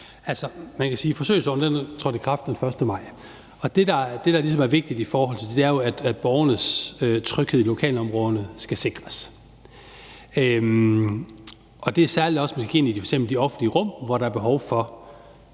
Altså, forsøgsordningen trådte i kraft den 1. maj, og det, der ligesom er vigtigt i forhold til det, er jo, at borgernes tryghed i lokalområderne skal sikres. Det gælder særlig også, hvis man kigger ind i f.eks. de offentlige rum, hvor der særlig er behov for